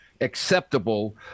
acceptable